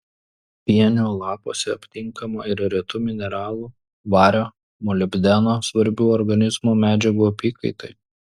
pienių lapuose aptinkama ir retų mineralų vario molibdeno svarbių organizmo medžiagų apykaitai